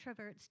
introverts